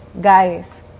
Guys